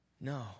No